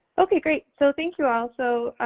okay, great. so thank you all, so